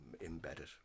embedded